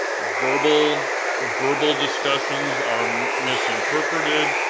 verbal verbal discussions are misinterpreted,